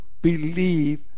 Believe